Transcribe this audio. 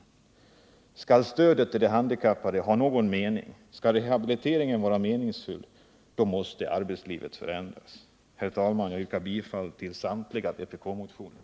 Skall stödet till de handikappade ha någon mening och skall rehabiliteringen vara meningsfylld, då måste arbetslivet förändras. Herr talman! Jag yrkar bifall till samtliga vpk-motioner.